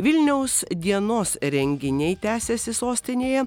vilniaus dienos renginiai tęsiasi sostinėje